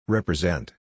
Represent